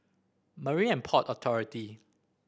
Marine And Port Authority